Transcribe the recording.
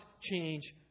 change